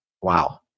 Wow